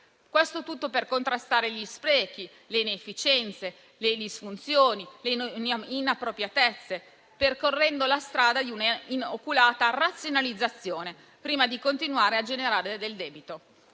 Tutto questo per contrastare gli sprechi, le inefficienze, le disfunzioni, le inappropriatezze, percorrendo la strada di una oculata razionalizzazione prima di continuare a generare del debito.